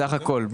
סך הכול.